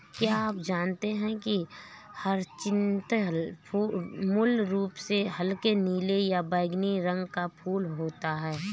क्या आप जानते है ह्यचीन्थ मूल रूप से हल्के नीले या बैंगनी रंग का फूल होता है